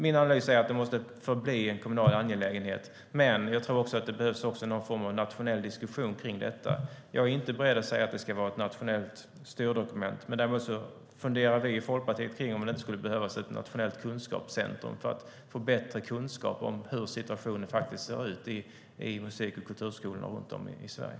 Min analys är att det måste förbli en kommunal angelägenhet, men jag tror också att det behövs någon form av nationell diskussion kring detta. Jag är inte beredd att säga att det ska vara ett nationellt styrdokument. Däremot funderar vi i Folkpartiet kring om det inte det skulle behövas ett nationellt kunskapscentrum för att förbättra kunskapen om hur situationen faktiskt ser ut i musik och kulturskolorna runt om i Sverige.